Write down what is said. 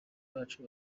bacu